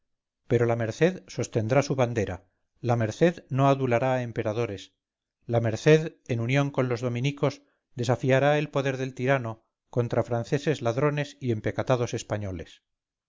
pero la merced sostendrá su bandera la merced no adulará emperadores la merced en unión con los dominicos desafiará el poder del tirano contra franceses ladrones y empecatados españoles